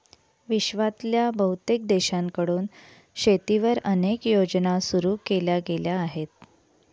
विश्वातल्या बहुतेक देशांकडून शेतीवर अनेक योजना सुरू केल्या गेल्या आहेत